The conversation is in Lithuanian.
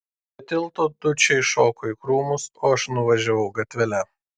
prie tilto dučė iššoko į krūmus o aš nuvažiavau gatvele